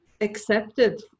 accepted